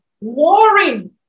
warring